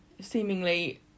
seemingly